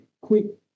quick